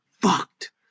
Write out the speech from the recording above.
fucked